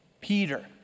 Peter